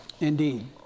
Indeed